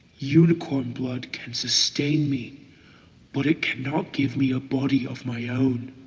unicorn blood can sustain me but it cannot give me a body of my own